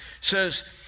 Says